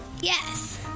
Yes